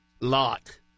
lot